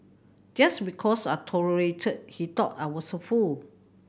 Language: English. just because I tolerated he thought I was a fool